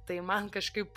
tai man kažkaip